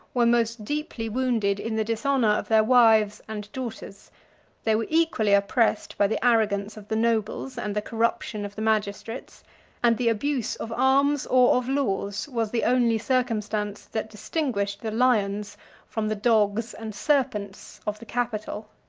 were most deeply wounded in the dishonor of their wives and daughters they were equally oppressed by the arrogance of the nobles and the corruption of the magistrates and the abuse of arms or of laws was the only circumstance that distinguished the lions from the dogs and serpents of the capitol.